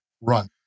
run